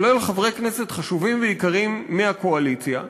כולל חברי כנסת חשובים ויקרים מהקואליציה,